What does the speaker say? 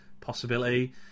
possibility